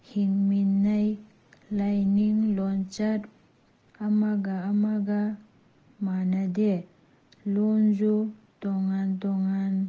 ꯍꯤꯡꯃꯤꯟꯅꯩ ꯂꯥꯏꯅꯤꯡ ꯂꯣꯟꯆꯠ ꯑꯃꯒ ꯑꯃꯒ ꯃꯥꯟꯅꯗꯦ ꯂꯣꯜꯁꯨ ꯇꯣꯉꯥꯟ ꯇꯣꯉꯥꯟ